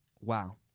Wow